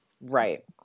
right